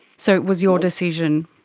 so it was your decision?